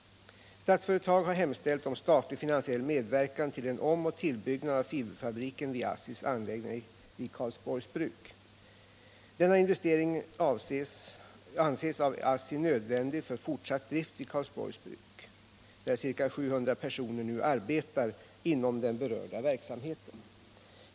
Statsföretag har hemställt om statlig finansiell medverkan till en omoch tillbyggnad av fiberfabriken vid ASSI:s anläggningar vid Karlsborgs bruk. Denna investering anses av ASSI nödvändig för fortsatt drift vid Karlsborgs bruk, där ca 700 personer nu arbetar inom den berörda verksamheten.